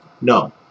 No